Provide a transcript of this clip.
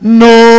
no